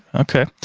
okay.